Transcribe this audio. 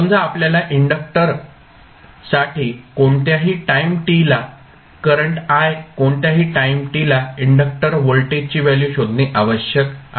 समजा आपल्याला इंडक्टक्टरसाठी कोणत्याही टाईम t ला करंट I कोणत्याही टाईम t ला इंडक्टक्टर व्होल्टेजची व्हॅल्यू शोधणे आवश्यक आहे